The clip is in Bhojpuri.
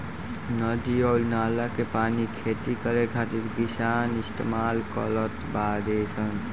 नदी अउर नाला के पानी खेती करे खातिर किसान इस्तमाल करत बाडे सन